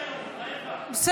יש לו יום הולדת היום, בחייך.